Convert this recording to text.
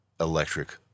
electric